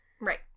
Right